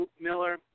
Miller